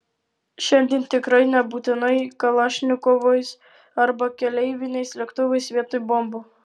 šiandien tikrai nebūtinai kalašnikovais arba keleiviniais lėktuvais vietoj bombų